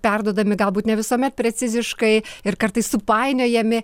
perduodami galbūt ne visuomet preciziškai ir kartais supainiojami